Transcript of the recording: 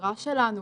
השגרה שלנו,